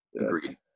Agreed